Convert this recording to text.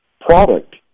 product